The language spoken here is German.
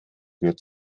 gehört